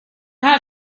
här